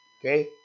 Okay